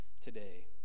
today